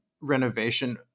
renovation